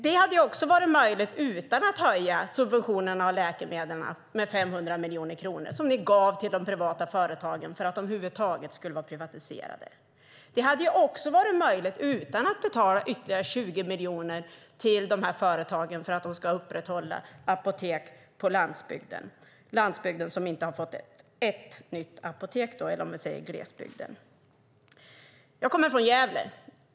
Det hade också varit möjligt utan att höja subventionerna av läkemedlen med 500 miljoner kronor, som ni gav till de privata företagen för att de över huvud taget skulle vara privatiserade. Det hade också varit möjligt utan att betala ytterligare 20 miljoner till de här företagen för att de skulle upprätthålla apotek i glesbygden, som inte har fått ett enda nytt apotek. Jag kommer från Gävle.